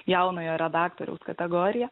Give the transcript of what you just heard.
jaunojo redaktoriaus kategoriją